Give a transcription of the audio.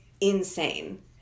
insane